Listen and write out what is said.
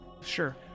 Sure